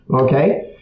okay